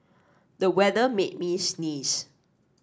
the weather made me sneeze